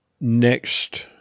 next